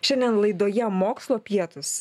šiandien laidoje mokslo pietūs